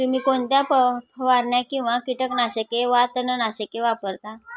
तुम्ही कोणत्या फवारण्या किंवा कीटकनाशके वा तणनाशके वापरता?